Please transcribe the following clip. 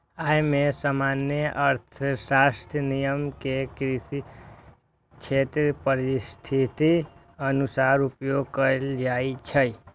अय मे सामान्य अर्थशास्त्रक नियम कें कृषि क्षेत्रक परिस्थितिक अनुसार उपयोग कैल जाइ छै